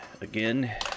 again